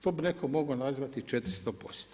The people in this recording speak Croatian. To bi netko mogao nazvati 400%